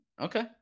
Okay